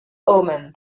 omen